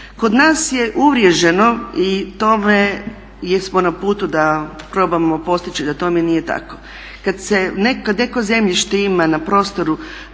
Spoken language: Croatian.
Kod nas je uvriježeno i tome smo na putu da probamo postići da tome nije tako, kad neko zemljište ima na prostoru